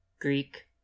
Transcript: Greek